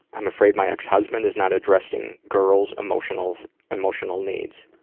i'm afraid my ex-husband is not addressing girls' emotional emotional needs.